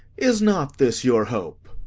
is not this your hope?